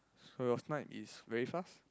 so your snipe is very fast